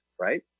right